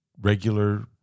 regular